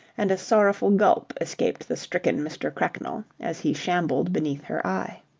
and a sorrowful gulp escaped the stricken mr. cracknell as he shambled beneath her eye.